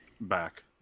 back